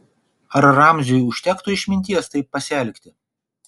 ar ramziui užtektų išminties taip pasielgti